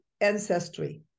ancestry